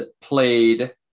played